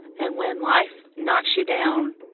and when life knocks you down,